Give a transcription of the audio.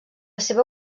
seva